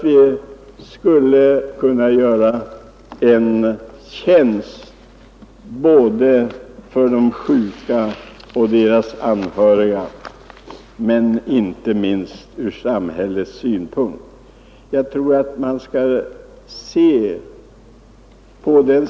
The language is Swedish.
Vi skulle kunna göra både de sjuka och deras anhöriga en tjänst, men inte minst skulle det vara en stor vinning ur samhällets synpunkt.